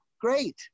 Great